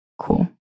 Cool